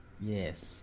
Yes